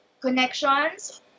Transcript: Connections